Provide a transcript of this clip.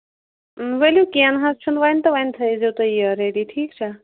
ؤلِو کیٚنٛہہ نہ حظ چھُنہٕ وۄنۍ تہٕ وۅنۍ تھٲیزیٚو تُہۍ یہِ ریٚڈی ٹھیٖک چھا